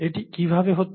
এটি কিভাবে হচ্ছে